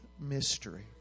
mystery